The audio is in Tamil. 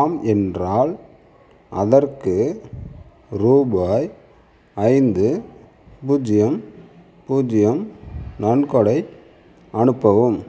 ஆம் என்றால் அதற்கு ரூபாய் ஐந்து பூஜ்ஜியம் பூஜ்ஜியம் நன்கொடை அனுப்பவும்